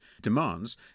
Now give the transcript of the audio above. demands